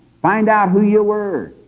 find out who you were.